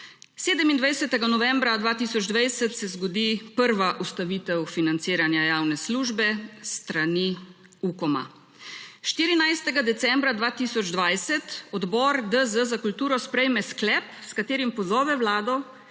27. novembra 2020 se zgodi prva ustavitev financiranja javne službe s strani Ukoma. 14. decembra 2020 Odbor DZ za kulturo sprejme sklep, s katerim pozove vlado